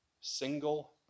single